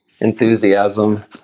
enthusiasm